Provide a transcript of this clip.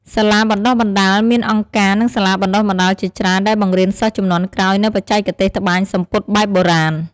សាលាបណ្ដុះបណ្ដាល មានអង្គការ និងសាលាបណ្ដុះបណ្ដាលជាច្រើនដែលបង្រៀនសិស្សជំនាន់ក្រោយនូវបច្ចេកទេសត្បាញសំពត់បែបបុរាណ។